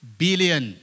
billion